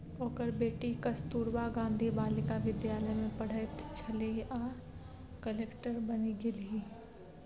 ओकर बेटी कस्तूरबा गांधी बालिका विद्यालय मे पढ़ैत छलीह आ कलेक्टर बनि गेलीह